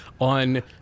on